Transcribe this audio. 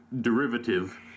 derivative